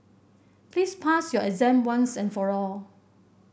please pass your exam once and for all